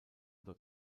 dort